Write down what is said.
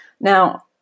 Now